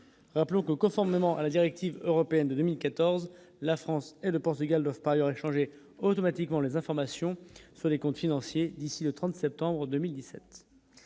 rappelons que, conformément à la directive européenne de 2014 la France et le Portugal doivent par ailleurs échanger automatiquement les informations sur les comptes financiers ici de 37 en 2017